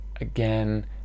again